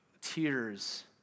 tears